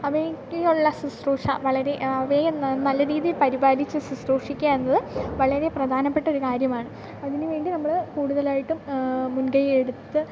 അവയ്ക്കുള്ള ശുശ്രൂഷ വളരെ അവയെ നല്ല രീതിയിൽ പരിപാലിച്ച് ശുശ്രൂഷിക്കുക എന്നത് വളരെ പ്രധാനപ്പെട്ടൊരു കാര്യമാണ് അതിനുവേണ്ടി നമ്മൾ കൂടുതലായിട്ടും മുൻകൈയെടുത്ത്